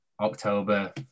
October